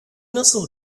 nasıl